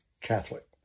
Catholic